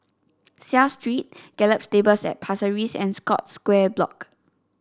Seah Street Gallop Stables at Pasir Ris and Scotts Square Block